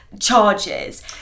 charges